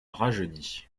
rajeunit